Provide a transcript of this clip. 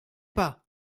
pas